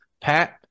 pat